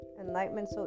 enlightenment